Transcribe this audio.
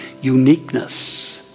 uniqueness